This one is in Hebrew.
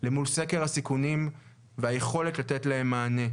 למול סקר הסיכונים והיכולת לתת להם מענה.